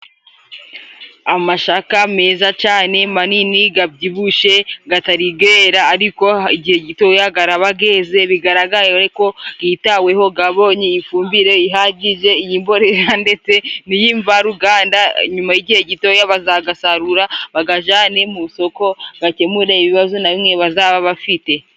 Amashaka meza cane, manini, gabyibushe, gatari gera, ariko igihe gitoya, garaba geze. Bigaragare ko gitaweho, gabonye ifumbire ihagije, iy’imborera ndetse n’iy’imvaruganda. Nyuma y’igihe gitoya, bazagasarura, bagajane mu isoko, gakemure ibibazo na bimwe bazaba bafite.